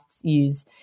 use